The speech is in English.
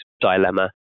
dilemma